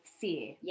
fear